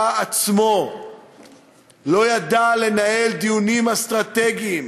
עצמו לא ידע לנהל דיונים אסטרטגיים,